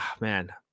man